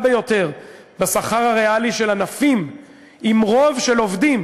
ביותר בשכר הריאלי בענפים עם רוב של עובדים